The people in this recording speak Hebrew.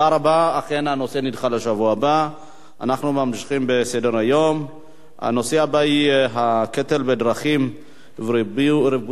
נעבור להצעות לסדר-היום בנושא: הקטל בדרכים וריבוי תאונות פגע-וברח,